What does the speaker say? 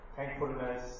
Thankfulness